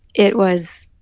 it was